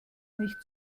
nicht